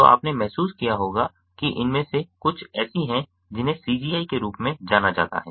तो आपने महसूस किया होगा कि इनमें से कुछ ऐसी हैं जिन्हें CGI के रूप में जाना जाता है